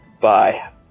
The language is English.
bye